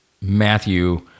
Matthew